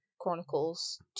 Chronicles